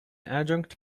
adjunct